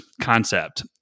concept